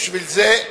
גזע ומין.